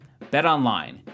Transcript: BetOnline